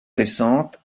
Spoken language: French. récentes